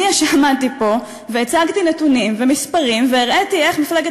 אני עמדתי פה והצגתי נתונים ומספרים והראיתי איך מפלגת